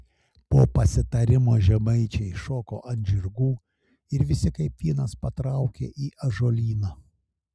po pasitarimo žemaičiai šoko ant žirgų ir visi kaip vienas patraukė į ąžuolyną